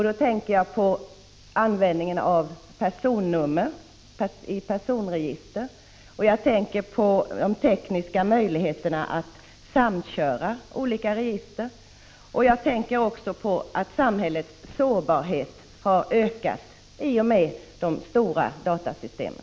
Då tänker jag på användningen av personnummer i personregister och på de tekniska möjligheterna att samköra olika register. Jag tänker också på att samhällets sårbarhet har ökat i och med de stora datasystemen. Prot.